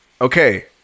Okay